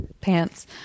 pants